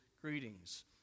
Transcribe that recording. greetings